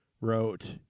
wrote